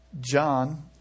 John